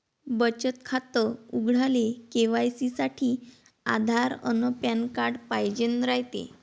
बचत खातं उघडाले के.वाय.सी साठी आधार अन पॅन कार्ड पाइजेन रायते